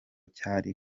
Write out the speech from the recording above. cyari